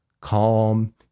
calm